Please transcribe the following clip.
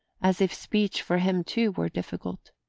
as if speech for him too were difficult.